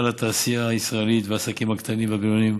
על התעשייה הישראלית והעסקים הקטנים והבינוניים,